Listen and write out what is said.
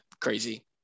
crazy